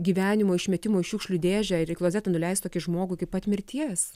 gyvenimo išmetimo į šiukšlių dėžę ir į klozetą nuleisti tokį žmogų iki pat mirties